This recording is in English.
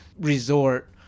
resort